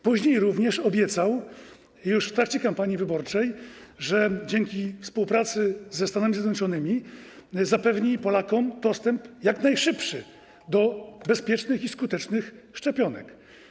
Później również obiecał, już w trakcie kampanii wyborczej, że dzięki współpracy ze Stanami Zjednoczonymi zapewni Polakom jak najszybszy dostęp do bezpiecznych i skutecznych szczepionek.